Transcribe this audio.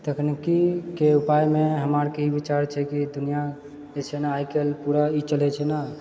तकनीकीके उपायमे हमरा आरके विचार छै कि दुनिया जे छै ने आइकाल्हि पूरा ई चलै छै ने